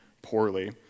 poorly